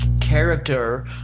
character